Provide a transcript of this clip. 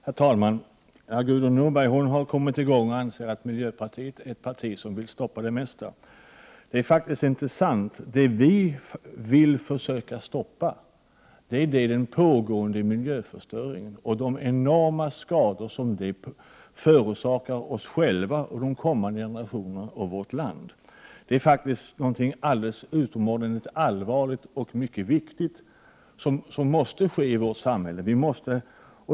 Herr talman! Gudrun Norberg har kommit i gång och anser att miljöpartiet är ett parti som vill stoppa det mesta. Det är faktiskt inte sant. Det vi vill försöka stoppa är den pågående miljöförstöringen och de enorma skador den förorsakar oss själva, de kommande generationerna och vårt land. Detta är något utomordentligt allvarligt och mycket viktigt som måste ske i vårt samhälle.